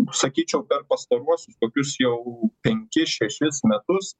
nu sakyčiau per pastaruosius kokius jau penkis šešis metus